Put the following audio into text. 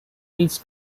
hills